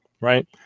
right